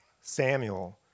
Samuel